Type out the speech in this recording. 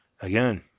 Again